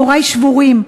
הורי שבורים.